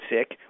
sick